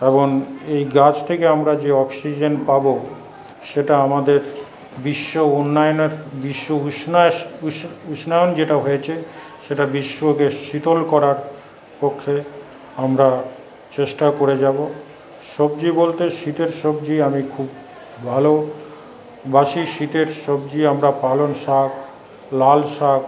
এবং এই গাছ থেকে আমরা যে অক্সিজেন পাবো সেটা আমাদের বিশ্ব উন্নায়নের বিশ্ব উষনাস উষ্ণায়ন যেটা হয়েছে সেটা বিশ্বকে শীতল করার পক্ষে আমরা চেষ্টা করে যাবো সবজি বলতে শীতের সবজি আমি খুব ভালো বাসি শীতের সবজি আমরা পালং শাক লাল শাক